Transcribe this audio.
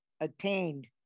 attained